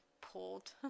pulled